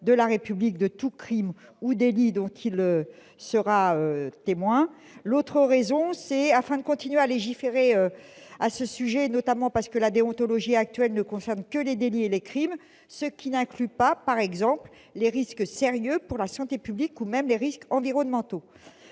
de la République de tout crime ou délit dont il sera témoin et, deuxièmement, de continuer à légiférer à ce sujet, notamment parce que la déontologie actuelle ne concerne que les délits et les crimes, ce qui n'inclut pas, par exemple, les risques sérieux pour la santé publique ou même les risques environnementaux.